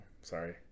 Sorry